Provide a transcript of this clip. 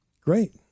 Great